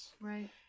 Right